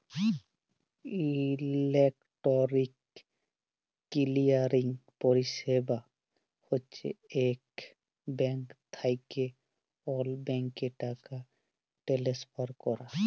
electronic clearing পরিছেবা হছে ইক ব্যাংক থ্যাইকে অল্য ব্যাংকে টাকা টেলেসফার ক্যরা